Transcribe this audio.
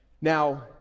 Now